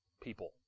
people